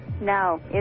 No